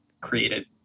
created